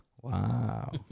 Wow